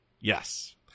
Yes